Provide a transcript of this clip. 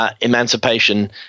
emancipation